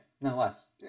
nonetheless